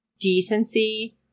decency